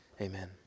amen